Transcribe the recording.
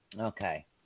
Okay